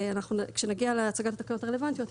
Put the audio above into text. כשנגיע להצגת התקנות הרלוונטיות,